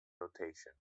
notation